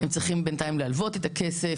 הם צריכים בינתיים להלוות את הכסף,